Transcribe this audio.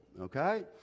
okay